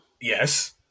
Yes